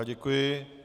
Děkuji.